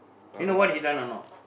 you know what he done or not